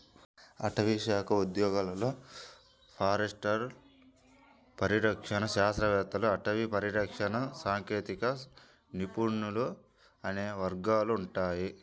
అటవీశాఖ ఉద్యోగాలలో ఫారెస్టర్లు, పరిరక్షణ శాస్త్రవేత్తలు, అటవీ పరిరక్షణ సాంకేతిక నిపుణులు అనే వర్గాలు ఉంటాయి